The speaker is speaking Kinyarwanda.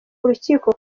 urukiko